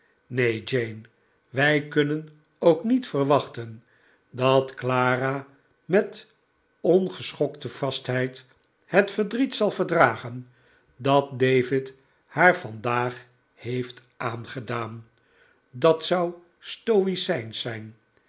jane wij kunnen ook niet verwachten dat clara met ongeschokte vastheid het verdriet zal verdragen dat david haar vandaag heeft aangedaan dat zou stoicynsch zijn